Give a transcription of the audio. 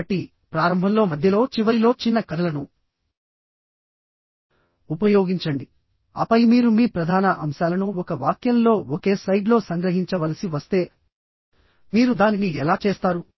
కాబట్టి ప్రారంభంలో మధ్యలో చివరిలో చిన్న కథలను ఉపయోగించండి ఆపై మీరు మీ ప్రధాన అంశాలను ఒక వాక్యంలో ఒకే స్లైడ్లో సంగ్రహించవలసి వస్తే మీరు దానిని ఎలా చేస్తారు